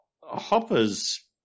Hopper's